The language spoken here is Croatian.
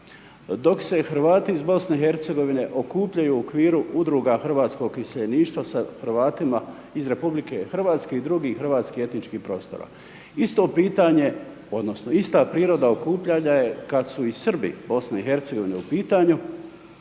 dok se Hrvati iz BIH, okupljaju u okviru udruga hrvatskog iseljeništva sa Hrvatima iz RH i drugih hrvatskih etičkih prostora. Isto pitanje odnosno, ista priroda okupljanja je kada su i Srbi BIH u pitanju